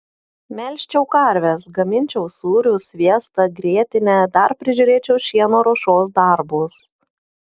melžčiau karves gaminčiau sūrius sviestą grietinę dar prižiūrėčiau šieno ruošos darbus